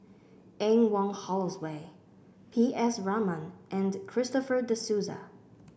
Anne Wong Holloway P S Raman and Christopher De Souza